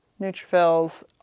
Neutrophils